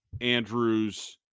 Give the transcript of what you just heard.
Andrews